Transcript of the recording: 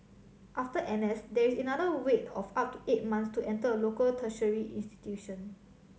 after N S there is another wait of up to eight months to enter a local tertiary institution